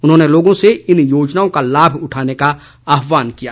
उन्होंने लोगों से इन योजनाओं का लाभ उठाने का आहवान किया है